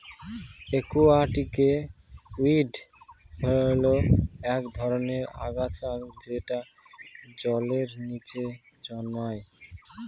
একুয়াটিকে উইড হল এক ধরনের আগাছা যেটা জলের নীচে জন্মায়